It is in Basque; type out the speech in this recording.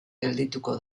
geldituko